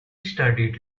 studied